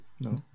No